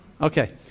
Okay